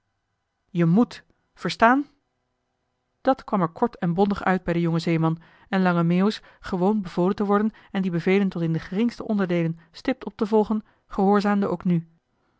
je moet verstaan dat kwam er kort en bondig uit bij den jongen zeeman en lange meeuwis gewoon bevolen te worden en die bevelen tot in de geringste onderdeelen stipt op te volgen gehoorzaamde ook nu